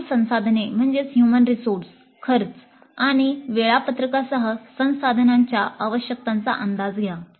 मानव संसाधने खर्च आणि वेळापत्रकांसह संसाधनाच्या आवश्यकतांचा अंदाज घ्या